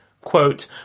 quote